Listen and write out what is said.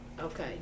Okay